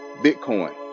Bitcoin